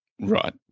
Right